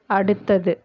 அடுத்தது